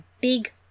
big